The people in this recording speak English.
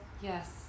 yes